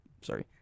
Sorry